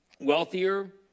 wealthier